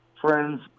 friends